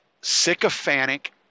sycophantic